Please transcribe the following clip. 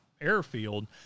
airfield